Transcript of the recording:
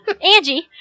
Angie